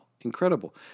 incredible